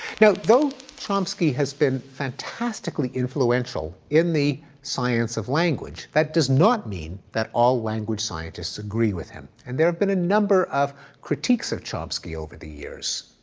now, though chomsky has been fantastically influential in the science of language that does not mean that all language scientists agree with him. and there have been a number of critiques of chomsky over the years.